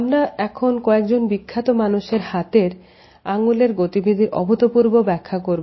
আমরা এখন কয়েকজন বিখ্যাত মানুষের হাতের আঙ্গুলের গতিবিধির অভূতপূর্ব ব্যাখ্যা করব